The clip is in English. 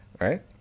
right